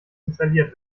installiert